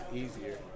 easier